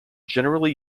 generally